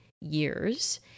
years